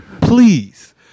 Please